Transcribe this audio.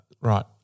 Right